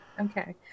Okay